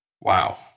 Wow